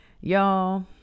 Y'all